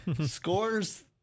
scores